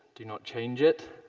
do not change it.